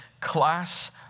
class